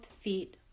feet